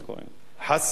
חס וחלילה.